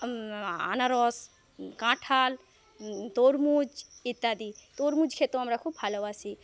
আনারস কাঁঠাল তরমুজ ইত্যাদি তরমুজ খেতেও আমরা খুব ভালোবাসি